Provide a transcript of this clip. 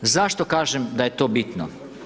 Zašto kažem da je to bitno?